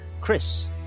Chris